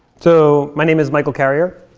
so my name is michael carrier.